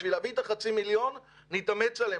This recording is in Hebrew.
בשביל להביא את חצי המיליארד נתאמץ עליהם,